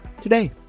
today